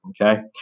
okay